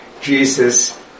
Jesus